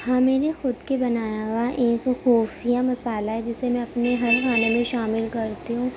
ہاں میں نے خود کے بنایا ہوا ایک خفیہ مسالہ ہے جیسے میں اپنے ہر کھانے میں شامل کرتی ہوں